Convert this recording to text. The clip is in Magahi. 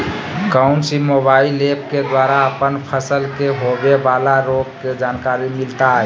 कौन सी मोबाइल ऐप के द्वारा अपन फसल के होबे बाला रोग के जानकारी मिलताय?